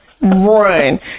Run